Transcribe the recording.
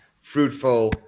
fruitful